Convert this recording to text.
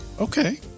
okay